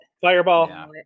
Fireball